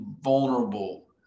vulnerable